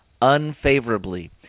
unfavorably